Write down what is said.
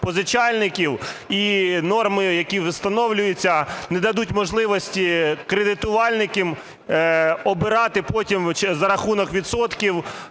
позичальників. І норми, які встановлюються, не дадуть можливості кредитувальникам оббирати потім, за рахунок відсотків,